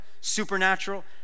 supernatural